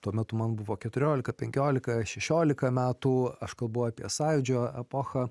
tuo metu man buvo keturiolika penkiolika šešiolika metų aš kalbu apie sąjūdžio epochą